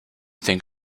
think